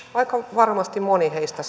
varmasti aika moni heistä